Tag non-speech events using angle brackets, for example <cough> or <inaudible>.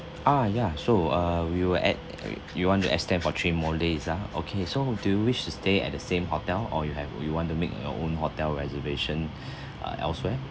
ah ya so uh we will add uh you want to extend for three more days ah okay so do you wish to stay at the same hotel or you have you want to make your own hotel reservation <breath> uh elsewhere